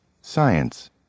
science